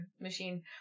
machine